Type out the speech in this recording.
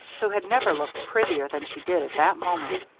who had never looked prettier than she did at that moment,